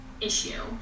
issue